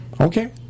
Okay